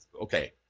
okay